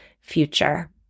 future